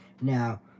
now